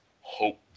hope